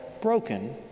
broken